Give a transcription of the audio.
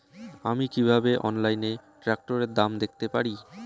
আমি কিভাবে অনলাইনে ট্রাক্টরের দাম দেখতে পারি?